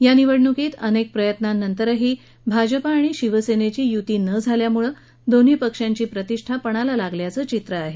या निवडणूकीत अनेक प्रयत्नांनतरही भाजपा आणि शिवसेनेची युती न झाल्यानं दोन्ही पक्षांची प्रतिष्ठा पणाला लागल्याचं चित्र आहे